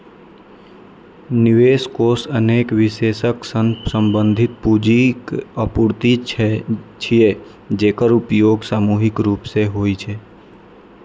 निवेश कोष अनेक निवेशक सं संबंधित पूंजीक आपूर्ति छियै, जेकर उपयोग सामूहिक रूप सं होइ छै